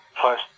plus